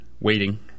waiting